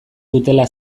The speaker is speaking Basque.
dutela